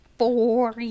Four